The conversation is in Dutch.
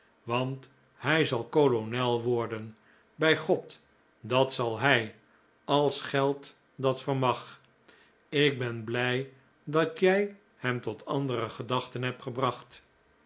want hij zal kolonel worden bij god dat zal hij als geld dat vermag ik ben blij dat jij hem tot andere gedachten hebt gebracht